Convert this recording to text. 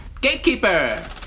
Gatekeeper